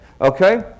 Okay